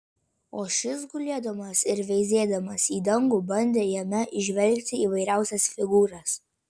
o šis gulėdamas ir veizėdamas į dangų bandė jame įžvelgti įvairiausias figūras